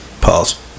pause